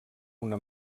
una